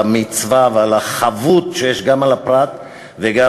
על המצווה ועל החבות שיש גם לפרט וגם